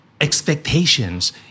expectations